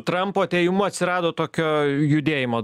trampo atėjimu atsirado tokio judėjimo